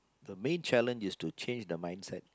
the main challenge is to change the mindset